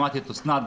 שמעתי את אוסנת,